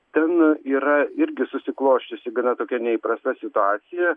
ten yra irgi susiklosčiusi gana tokia neįprasta situacija